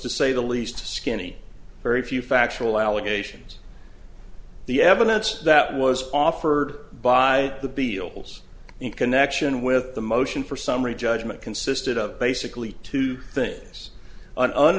to say the least skinny very few factual allegations the evidence that was offered by the beales in connection with the motion for summary judgment consisted of basically two things an